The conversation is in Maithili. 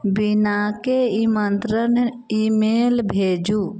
बीनाके ईमंत्रण ईमेल भेजू